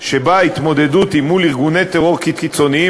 שבה ההתמודדות היא מול ארגוני טרור קיצוניים